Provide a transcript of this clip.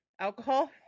alcohol